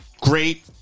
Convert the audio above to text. great